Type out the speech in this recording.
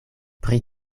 pri